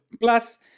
Plus